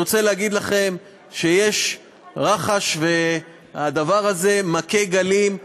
אני רוצה להגיד לכם שיש רחש, והדבר הזה מכה גלים.